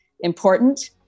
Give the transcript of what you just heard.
important